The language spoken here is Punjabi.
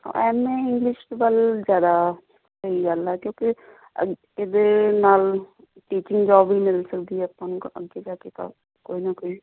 ਐੱਮ ਏ ਇੰਗਲਿਸ਼ ਵੱਲ ਜ਼ਿਆਦਾ ਸਹੀ ਗੱਲ ਹੈ ਕਿਉਂਕਿ ਇਹਦੇ ਨਾਲ ਟੀਚਿੰਗ ਜੋਬ ਵੀ ਮਿਲ ਸਕਦੀ ਹੈ ਆਪਾਂ ਨੂੰ ਅੱਗੇ ਜਾ ਕੇ ਤਾਂ ਕੋਈ ਨਾ ਕੋਈ